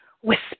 Whisper